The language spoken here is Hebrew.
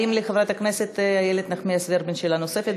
האם לחברת הכנסת איילת נחמיאס ורבין שאלה נוספת?